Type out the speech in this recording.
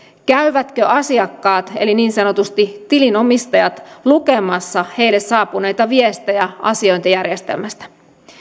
käyvätkö asiakkaat eli niin sanotusti tilin omistajat lukemassa heille saapuneita viestejä asiointijärjestelmästä